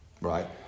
Right